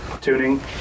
tuning